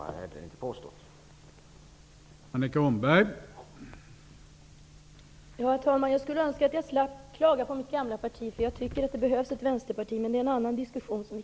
Jag tycker inte heller så.